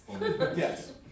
Yes